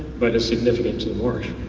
but is significant to the marsh.